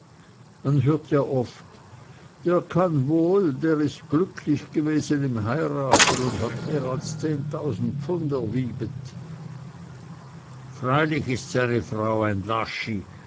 man hört ja so oft der kann wohl der ist glücklich gewesen im heiraten und hat mehr als zehntausend pfund erwybet freilich ist seine frau ein laschi